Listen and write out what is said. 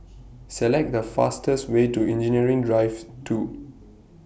Select The fastest Way to Engineering Drive two